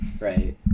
Right